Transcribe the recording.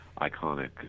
iconic